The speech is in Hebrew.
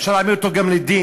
אפשר להעמיד אותו גם לדין.